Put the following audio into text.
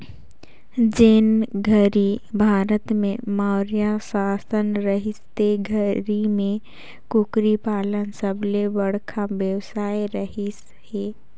जेन घरी भारत में मौर्य सासन रहिस ते घरी में कुकरी पालन सबले बड़खा बेवसाय रहिस हे